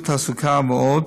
עידוד תעסוקה ועוד,